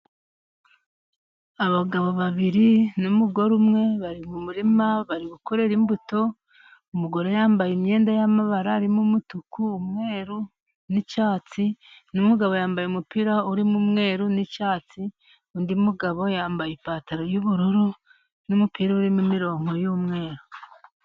Abagabo babiri n'umugore umwe bari mu murima, bari gukorera imbuto. Umugore yambaye imyenda y'amabara arimo umutuku, umweru n'icyatsi. Umugabo umwe yambaye umupira urimo umweru n’icyatsi, undi mugabo yambaye ipantaro y'ubururu n'umupira urimo imirongo y'umweru.